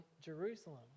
Jerusalem